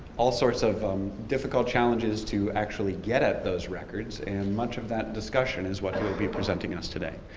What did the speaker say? all sorts of difficult challenges to actually get at those records. and much of that discussion is what he'll be presenting us today.